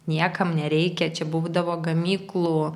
niekam nereikia čia būdavo gamyklų